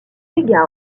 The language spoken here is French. légat